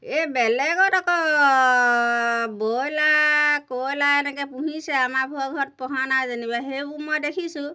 এই বেলেগত আকৌ বইলাৰ কয়লাৰ এনেকৈ পুহিছে আমাৰবোৰৰ ঘৰত পুহা নাই যেনিবা সেইবোৰ মই দেখিছোঁ